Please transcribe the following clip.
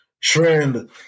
trend